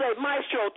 Maestro